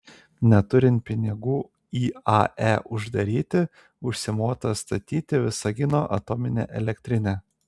neturint pinigų iae uždaryti užsimota statyti visagino atominę elektrinę